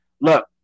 look